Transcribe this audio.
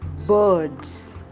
Birds